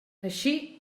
així